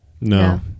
No